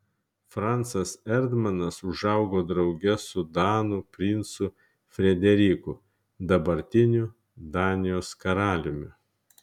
francas erdmanas užaugo drauge su danų princu frederiku dabartiniu danijos karaliumi